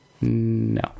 No